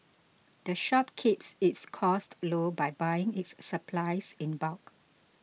the shop keeps its costs low by buying its supplies in bulk